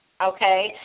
okay